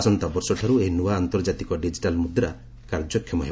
ଆସନ୍ତା ବର୍ଷ ଠାରୁ ଏହି ନୂଆ ଆନ୍ତର୍ଜାତିକ ଡିଜିଟାଲ୍ ମୁଦ୍ରା କାର୍ଯ୍ୟକ୍ଷମ ହେବ